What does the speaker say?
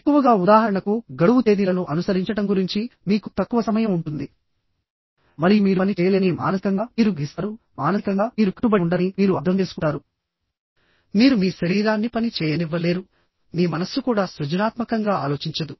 ఎక్కువగా ఉదాహరణకు గడువు తేదీలను అనుసరించడం గురించి మీకు తక్కువ సమయం ఉంటుంది మరియు మీరు పని చేయలేరని మానసికంగా మీరు గ్రహిస్తారు మానసికంగా మీరు కట్టుబడి ఉండరని మీరు అర్థం చేసుకుంటారు మీరు మీ శరీరాన్ని పని చేయనివ్వలేరు మీ మనస్సు కూడా సృజనాత్మకంగా ఆలోచించదు